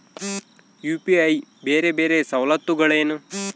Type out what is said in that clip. UPI ಬೇರೆ ಬೇರೆ ಸವಲತ್ತುಗಳೇನು?